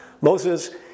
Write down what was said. Moses